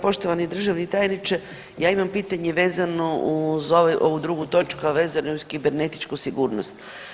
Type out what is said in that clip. Poštovani državni tajniče ja imam pitanje vezano uz ovu drugu točku, a vezano je uz kibernetičku sigurnost.